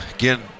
Again